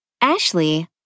Ashley